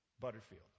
Butterfield